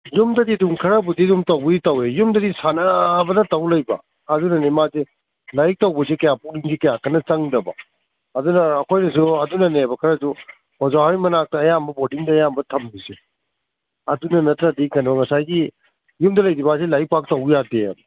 ꯌꯨꯝꯗꯗꯤ ꯑꯗꯨꯝ ꯈꯔꯕꯨꯗꯤ ꯑꯗꯨꯝ ꯇꯧꯕꯨꯗꯤ ꯇꯧꯏ ꯌꯨꯝꯗꯗꯤ ꯁꯥꯟꯅꯕꯗ ꯇꯧꯅ ꯂꯩꯕ ꯑꯗꯨꯅꯅꯤ ꯃꯥꯁꯦ ꯂꯥꯏꯔꯤꯛ ꯇꯧꯕꯗꯤ ꯀꯌꯥ ꯄꯨꯛꯅꯤꯡꯁꯦ ꯀꯌꯥ ꯀꯟꯅ ꯆꯪꯗꯕ ꯑꯗꯨꯅ ꯑꯩꯈꯣꯏꯅꯁꯨ ꯑꯗꯨꯅꯅꯦꯕ ꯈꯔꯁꯨ ꯑꯣꯖꯥꯍꯣꯏ ꯃꯅꯥꯛꯇ ꯑꯌꯥꯝꯕ ꯕꯣꯔꯗꯤꯡꯗ ꯑꯌꯥꯝꯕ ꯊꯝꯃꯤꯁꯦ ꯑꯗꯨꯅ ꯅꯠꯇ꯭ꯔꯗꯤ ꯀꯩꯅꯣ ꯉꯁꯥꯏꯒꯤ ꯌꯨꯝꯗ ꯂꯩꯔꯕꯍꯥꯏꯁꯦ ꯂꯥꯏꯔꯤꯛ ꯄꯥꯛ ꯇꯧ ꯌꯥꯗꯦꯕ